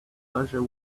pleasure